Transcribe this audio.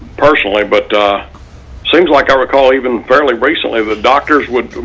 personally but seems like i recall even fairly recently, the doctors would,